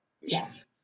Yes